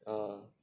oh